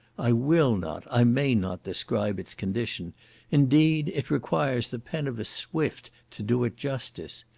i will not, i may not describe its condition indeed it requires the pen of a swift to do it justice.